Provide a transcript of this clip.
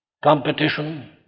Competition